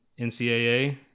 NCAA